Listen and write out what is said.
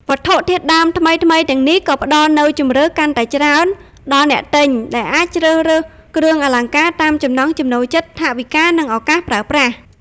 វត្ថុធាតុដើមថ្មីៗទាំងនេះក៏ផ្តល់នូវ ជម្រើសកាន់តែច្រើន ដល់អ្នកទិញ ដែលអាចជ្រើសរើសគ្រឿងអលង្ការតាមចំណង់ចំណូលចិត្ត ថវិកា និងឱកាសប្រើប្រាស់។